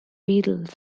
beatles